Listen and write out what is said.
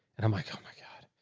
and i'm like, oh my god,